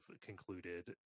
concluded